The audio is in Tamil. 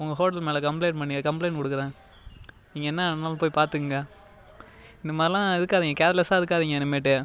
உங்கள் ஹோட்டல் மேலே கம்ப்ளைண்ட் பண்ணி கம்ப்ளைண்ட் கொடுக்குறேன் நீங்கள் என்ன வேண்னாலும் போய் பார்த்துக்குங்க இந்தமாதிரிலாம் இருக்காதிங்க கேர்லெஸ்ஸாக இருக்காதிங்க இனிமேட்டு